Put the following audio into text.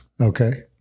Okay